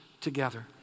together